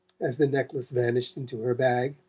as the necklace vanished into her bag.